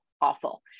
awful